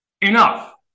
enough